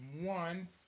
one